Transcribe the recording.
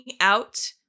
out